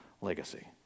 legacy